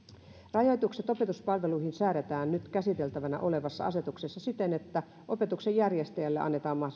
rajoitukset opetuspalveluihin säädetään nyt käsiteltävänä olevassa asetuksessa siten että opetuksen järjestäjälle annetaan mahdollisuus